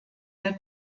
der